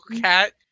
cat